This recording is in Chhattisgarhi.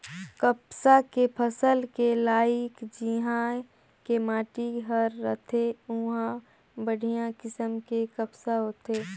कपसा के फसल के लाइक जिन्हा के माटी हर रथे उंहा बड़िहा किसम के कपसा होथे